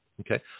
Okay